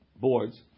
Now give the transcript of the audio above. boards